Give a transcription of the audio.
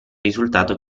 risultato